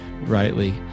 rightly